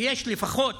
שיש לפחות